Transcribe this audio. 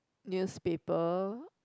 newspaper